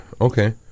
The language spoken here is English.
okay